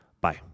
Bye